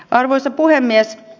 arvoisa puhemies